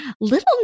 little